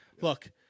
look